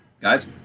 Guys